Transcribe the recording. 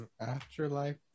Afterlife